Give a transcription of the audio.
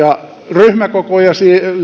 ryhmäkokoja